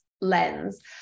lens